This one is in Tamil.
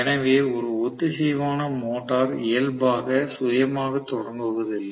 எனவே ஒரு ஒத்திசைவான மோட்டார் இயல்பாகவே சுயமாகத் தொடங்குவதில்லை